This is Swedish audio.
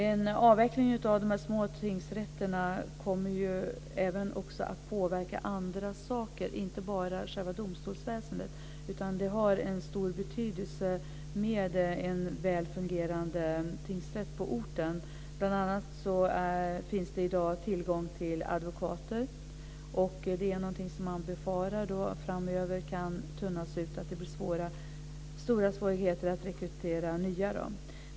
En avveckling av de små tingsrätterna kommer även att påverka andra saker, inte bara själva domstolsväsendet. Det har en stor betydelse med en väl fungerande tingsrätt på orten. Bl.a. finns det i dag tillgång till advokater. Man befarar att det framöver kan tunnas ut och att det blir stora svårigheter att rekrytera nya advokater.